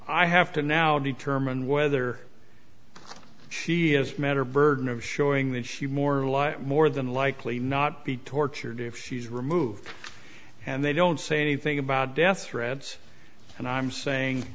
i have to now determine whether she is matter burden of showing that she more more than likely not be tortured if she's removed and they don't say anything about death threats and i'm saying